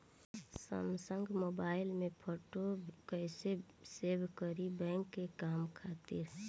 Samsung mobile में photo कैसे save करीं बैंक के काम खातिर?